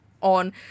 on